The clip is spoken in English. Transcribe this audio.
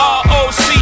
R-O-C